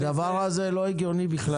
הדבר הזה לא הגיוני בכלל.